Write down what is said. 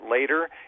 later